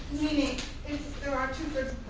meaning if there are two-thirds